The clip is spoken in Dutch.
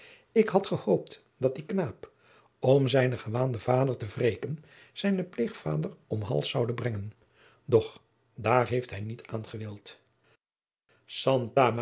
ik had gehoopt dat die knaap om zijnen gewaanden vader te wreken zijnen pleegvader om hals zoude brengen doch daar heeft hij niet aangewild